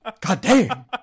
Goddamn